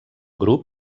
grup